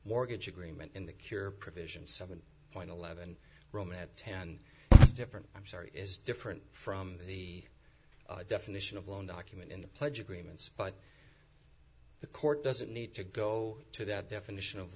mortgage agreement in the cure provision seven point eleven rome at ten different i'm sorry is different from the definition of loan document in the pledge agreements but the court doesn't need to go to that definition of